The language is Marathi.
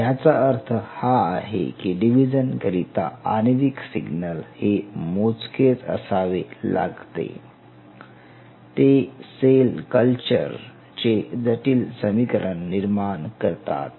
ह्याचा अर्थ हा आहे की डिव्हिजन करिता आण्विक सिग्नल हे मोजकेच असावे लागते ते सेल कल्चर चे जटिल समीकरण निर्माण करतात